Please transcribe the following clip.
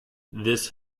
this